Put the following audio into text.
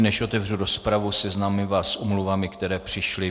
Než otevřu rozpravu, seznámím vás s omluvami, které přišly.